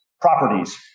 properties